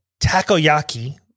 Takoyaki